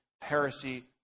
heresy